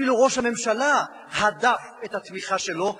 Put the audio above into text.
אפילו ראש הממשלה הדף את התמיכה שלו,